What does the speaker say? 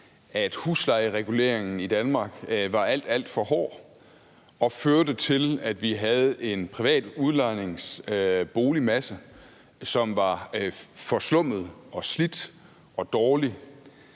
at huslejereguleringen i Danmark var alt, alt for hård og førte til, at vi havde en privat udlejningsboligmasse, som var forslummet og slidt og dårlig,